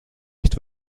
nicht